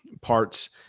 parts